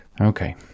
Okay